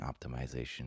optimization